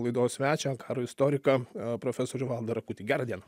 laidos svečią karo istoriką profesorių valdą rakutį gerą dieną